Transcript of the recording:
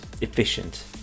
efficient